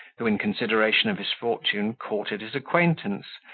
who, in consideration of his fortune, courted his acquaintance,